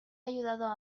ayudado